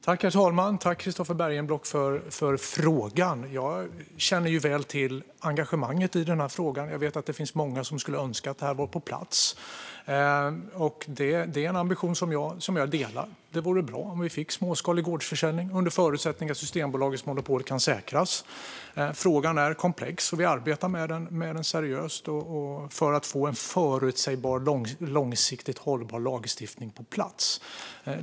Herr talman! Jag tackar Christofer Bergenblock för frågan. Jag känner väl till engagemanget i frågan. Jag vet att det finns många som önskar att gårdsförsäljning kom på plats. Det är en ambition jag delar. Det vore bra om vi fick småskalig gårdsförsäljning under förutsättning att Systembolagets monopol kan säkras. Frågan är komplex, och vi arbetar med den seriöst för att få en förutsägbar och långsiktigt hållbar lagstiftning på plats.